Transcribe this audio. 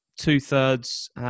two-thirds